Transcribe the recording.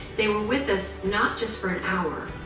they were with us not just for an hour ah,